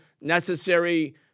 necessary